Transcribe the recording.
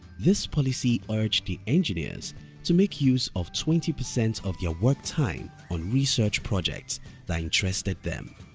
this policy urged the engineers to make use of twenty percent of their work time on research projects that interested them.